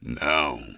Now